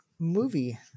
movie